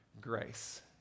grace